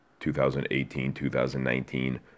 2018-2019